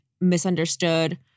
misunderstood